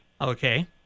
Okay